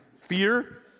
fear